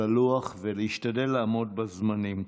ללוח ולהשתדל לעמוד בזמנים.